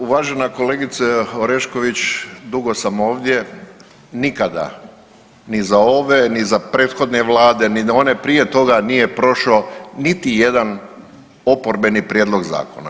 Uvažena kolegice Orešković dugo sam ovdje, nikada ni za ove, ni za prethodne vlade, ni one prije toga nije prošao niti jedan oporbeni prijedlog zakona.